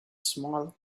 small